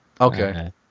Okay